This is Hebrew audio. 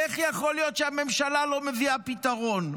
איך יכול להיות שהממשלה לא מביאה פתרון?